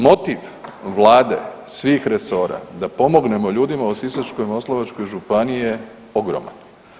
Motiv vlade, svih resora da pomognemo ljudima u Sisačko-moslavačkoj županiji je ogroman.